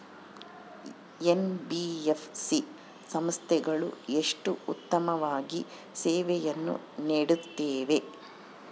NBFC ಸಂಸ್ಥೆಗಳು ಎಷ್ಟು ಉತ್ತಮವಾಗಿ ಸೇವೆಯನ್ನು ನೇಡುತ್ತವೆ?